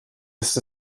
ist